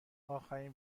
آخرین